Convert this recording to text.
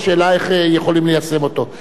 והשאלה היא איך יכולים ליישם אותו.